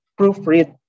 proofread